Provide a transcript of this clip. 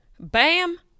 Bam